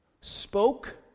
spoke